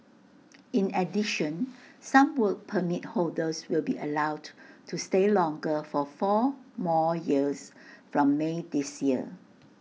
in addition some Work Permit holders will be allowed to stay longer for four more years from may this year